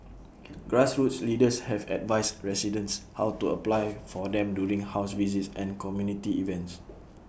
grassroots leaders have advised residents how to apply for them during house visits and community events